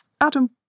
Adam